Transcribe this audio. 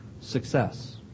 success